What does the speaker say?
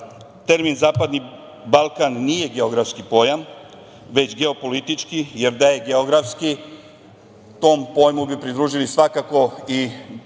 termin Zapadni Balkan nije geografski pojam, već geopolitički, jer da je geografski, tom pojmu bi pridružili svakako i